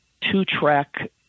two-track